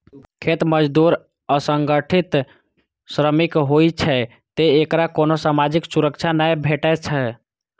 खेत मजदूर असंगठित श्रमिक होइ छै, तें एकरा कोनो सामाजिक सुरक्षा नै भेटै छै